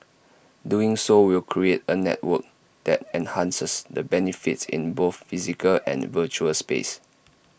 doing so will create A network that enhances the benefits in both physical and virtual space